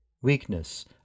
Weakness